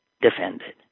defended